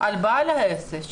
על בעל העסק,